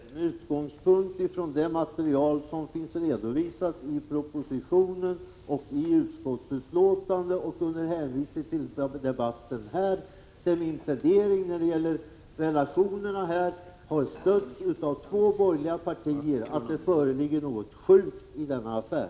Herr talman! Med utgångspunkt i det material som finns redovisat i propositionen och i betänkandet samt med hänvisning till denna debatt bestrider jag att det är någonting sjukt i denna affär. Det är min plädering när det gäller relationerna i detta sammanhang, och den får stöd av två borgerliga partier.